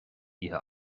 oíche